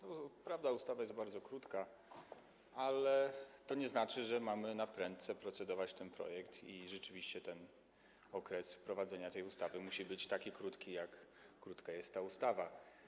To prawda, ustawa jest bardzo krótka, ale to nie znaczy, że mamy naprędce procedować ten projekt i że rzeczywiście okres wprowadzenia tej ustawy musi być taki krótki, jak krótka jest ta ustawa.